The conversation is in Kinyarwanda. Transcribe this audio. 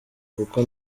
kuko